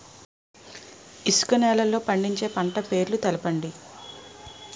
ఇసుక నేలల్లో పండించే పంట పేర్లు తెలపండి?